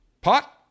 pot